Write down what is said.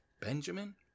Benjamin